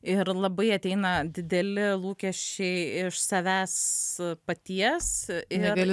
ir labai ateina dideli lūkesčiai iš savęs paties ir